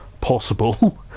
possible